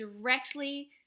directly